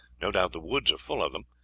no doubt the woods are full of them.